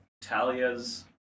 Talia's